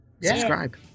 subscribe